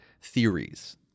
theories